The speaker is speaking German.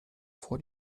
vor